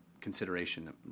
consideration